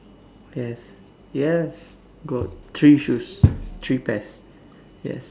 yes yes got three shoes three pairs yes